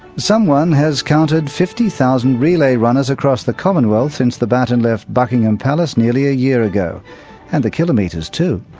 someone has counted fifty thousand relay runners across the commonwealth since the baton left buckingham palace nearly a year ago and the kilometres too.